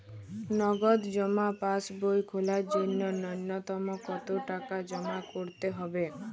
নগদ জমা পাসবই খোলার জন্য নূন্যতম কতো টাকা জমা করতে হবে?